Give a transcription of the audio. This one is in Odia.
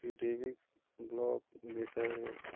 କ୍ରିଏଟିଭ୍ ବ୍ଲକ୍ ବିଷୟରେ